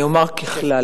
אני אומר ככלל,